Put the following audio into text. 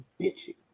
bitchy